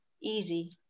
easy